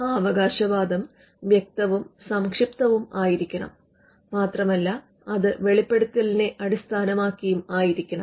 ആ അവകാശവാദം വ്യക്തവും സംക്ഷിപ്തവുമായിരിക്കണം മാത്രമല്ല അത് വെളിപ്പെടുത്തിയതിനെ അടിസ്ഥാനമാക്കിയുമായിരിക്കണം